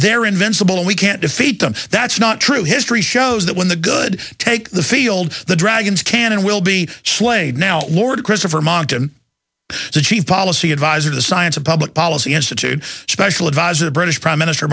they're invincible and we can't defeat them that's not true history shows that when the good take the field the dragons can and will be swayed now lord christopher monckton the chief policy adviser to science and public policy institute special advisor british prime minister